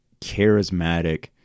charismatic